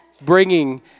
Bringing